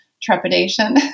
trepidation